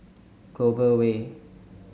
Clover Way